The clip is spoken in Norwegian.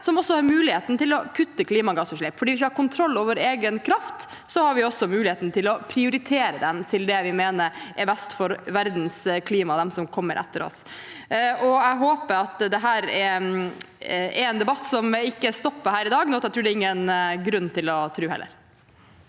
som også har muligheten til å kutte klimagassutslippene. Hvis vi har kontroll over egen kraft, har vi også muligheten til å prioritere den til det vi mener er best for verdens klima og dem som kommer etter oss. Jeg håper dette er en debatt som ikke stopper her i dag, noe jeg heller ikke tror det er noen grunn til å tro.